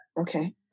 okay